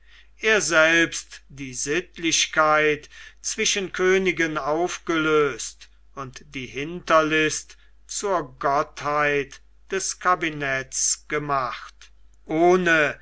er selbst die sittlichkeit zwischen königen aufgelöst und die hinterlist zur gottheit des kabinets gemacht ohne